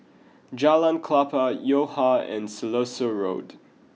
Jalan Klapa Yo Ha and Siloso Road